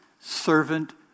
servant